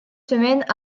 semaines